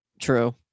True